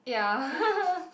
ya